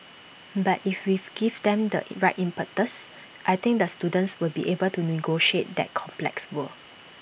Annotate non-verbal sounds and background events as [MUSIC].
but if we [NOISE] give them the right impetus I think the students will be able to negotiate that complex world